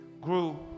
grew